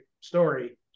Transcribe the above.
story